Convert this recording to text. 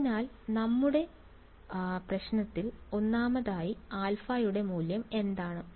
അതിനാൽ നമ്മുടെ പ്രശ്നത്തിൽ ഒന്നാമതായി α യുടെ മൂല്യം എന്താണ്